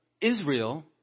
Israel